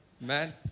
Man